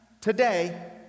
today